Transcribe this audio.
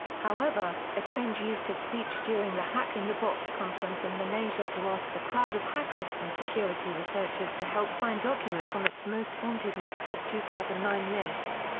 however, assange used his speech during the hack in the box conference in malaysia to ask the crowd of hackers and security researchers to help find documents on its most wanted leaks of two thousand and nine list.